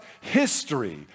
history